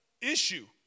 issue